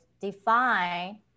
define